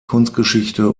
kunstgeschichte